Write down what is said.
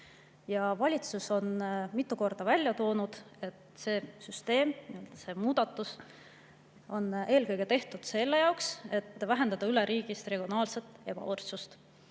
Valitsus on mitu korda välja toonud, et selle süsteemi muudatus on eelkõige tehtud selle jaoks, et vähendada üleriigilist regionaalset ebavõrdsust.